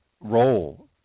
role